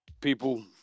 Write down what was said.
people